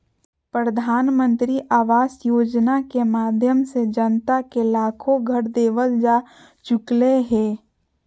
प्रधानमंत्री आवास योजना के माध्यम से जनता के लाखो घर देवल जा चुकलय हें